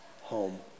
home